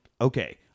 Okay